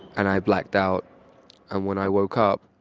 and i blacked out and when i woke up,